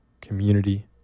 community